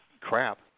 crap